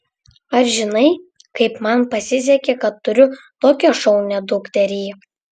ar žinai kaip man pasisekė kad turiu tokią šaunią dukterį